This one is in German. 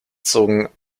zogen